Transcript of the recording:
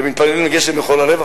ומתפללים לגשם מכל הלב,